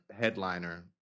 headliner